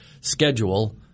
schedule